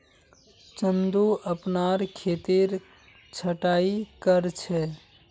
चंदू अपनार खेतेर छटायी कर छ